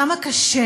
כמה קשה